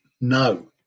No